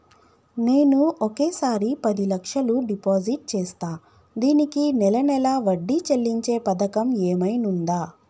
నేను ఒకేసారి పది లక్షలు డిపాజిట్ చేస్తా దీనికి నెల నెల వడ్డీ చెల్లించే పథకం ఏమైనుందా?